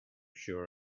sure